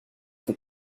for